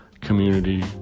community